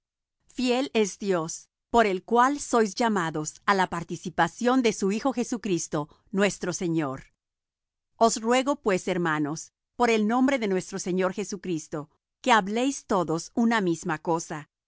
fiel es dios por el cual sois llamados á la participación de su hijo jesucristo nuestro señor os ruego pues hermanos por el nombre de nuestro señor jesucristo que habléis todos una misma cosa